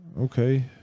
Okay